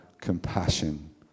compassion